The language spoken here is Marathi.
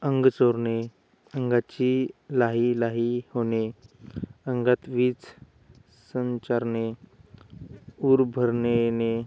अंग चोरणे अंगाची लाही लाही होणे अंगात वीज संचारणे ऊर भरून येणे